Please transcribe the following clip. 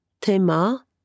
Tema